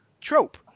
trope